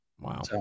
Wow